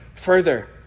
Further